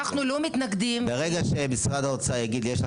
אנחנו לא מתנגדים --- ברגע שמשרד האוצר יגיד לי שיש לי